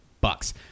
bucks